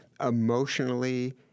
Emotionally